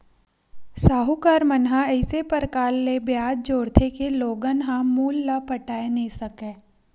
साहूकार मन ह अइसे परकार ले बियाज जोरथे के लोगन ह मूल ल पटाए नइ सकय